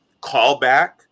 callback